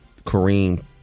Kareem